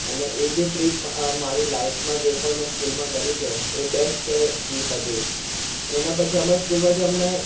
અને એ જે ટ્રીપ મારી લાઈફમાં જે પણ મે સ્કૂલમાં કરી છે એ બેસ્ટ ટ્રીપ હતી અને એના પછી અમારી સ્કૂલમાંથી અમને